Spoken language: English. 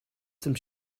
some